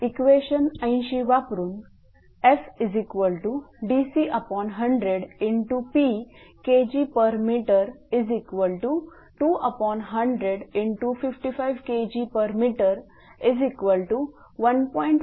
आता इक्वेशन 80 वापरून Fdc100×p Kgm2100×55 Kgm1